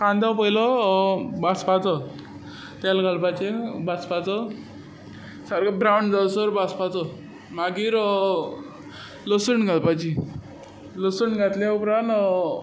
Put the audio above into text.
कांदो पयलो बाजपाचो तेल घालपाचें बाजपाचो सारको ब्रावन जायसर बाजपाचो मागीर लसूण घालपाची लसूण घातल्या उपरांत